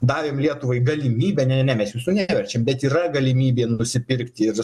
davėm lietuvai galimybę ne ne ne mes jūsų neverčiam bet yra galimybė nusipirkti ir